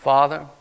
Father